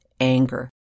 anger